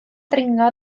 dringo